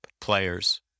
players